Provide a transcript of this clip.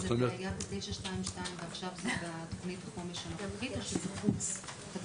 זה היה ב-922 ועכשיו זה בתוכנית החומש הנוכחית או שזה חוץ-תקציבי,